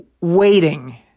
waiting